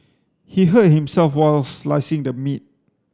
he hurt himself while slicing the meat